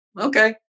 okay